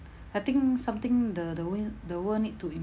I think something the the wo~ the world need to